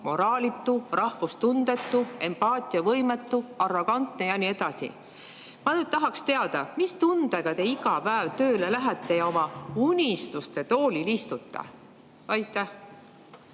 moraalitu, rahvustundetu, empaatiavõimetu, arrogantne ja nii edasi. Ma tahaks teada, mis tundega te iga päev tööle lähete ja oma unistuste toolil istute. Ma